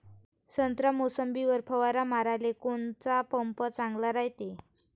संत्रा, मोसंबीवर फवारा माराले कोनचा पंप चांगला रायते?